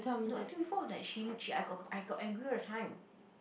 no I told you before like she she I got I got angry all the time